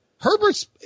Herbert's